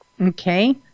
Okay